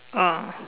oh